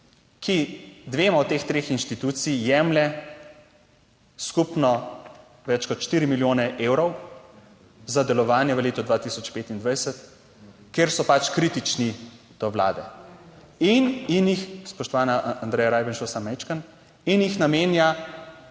ki dvema od teh treh inštitucij jemlje skupno več kot štiri milijone evrov za delovanje v letu 2025, kjer so pač kritični do vlade. In jih, spoštovana Andreja Rajbnšu, samo majčkeno, in jih namenja